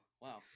wow